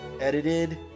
edited